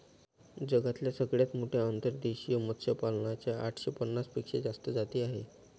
जगातल्या सगळ्यात मोठ्या अंतर्देशीय मत्स्यपालना च्या आठशे पन्नास पेक्षा जास्त जाती आहे